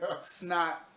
snot